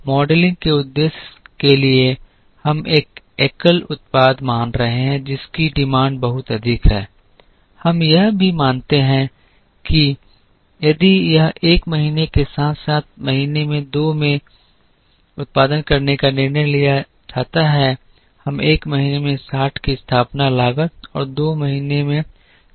modelling के उद्देश्य के लिए हम एक एकल उत्पाद मान रहे हैं जिसकी मांग बहुत अधिक है हम यह भी मानते हैं कि यदि यह एक महीने के साथ साथ महीने दो में उत्पादन करने का निर्णय लिया जाता है हम एक महीने में 60 की स्थापना लागत और दो महीने में 40 खर्च करेंगे